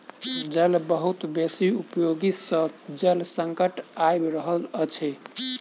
जलक बहुत बेसी उपयोग सॅ जल संकट आइब रहल अछि